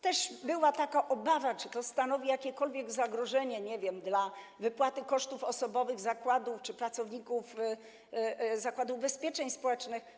Też była taka obawa, czy to stanowi jakiekolwiek zagrożenie dla wypłaty kosztów osobowych zakładu czy pracowników Zakładu Ubezpieczeń Społecznych.